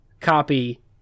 copy